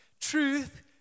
Truth